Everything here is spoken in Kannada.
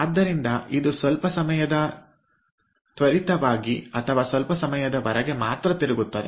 ಆದ್ದರಿಂದ ಇದು ಸ್ವಲ್ಪ ಸಮಯ ತ್ವರಿತವಾಗಿ ಅಥವಾ ಸ್ವಲ್ಪ ಸಮಯದವರೆಗೆ ಮಾತ್ರ ತಿರುಗುತ್ತದೆ